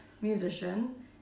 musician